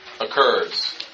occurs